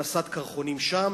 המסת קרחונים שם,